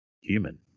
human